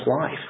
life